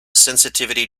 sensitivity